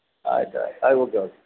ಆಯ್ತು ಆಯ್ತು